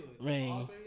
Rain